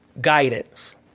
guidance